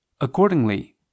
Accordingly